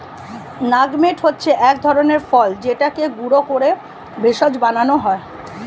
nutmeg হচ্ছে এক ধরনের ফল যেটাকে গুঁড়ো করে ভেষজ বানানো হয়